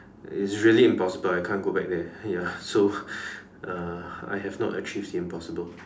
is really impossible I can't go back there ya so uh I have not achieved the impossible